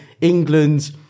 England